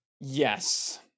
Yes